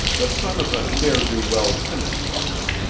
the son of a ne'er-do-well tenant farmer,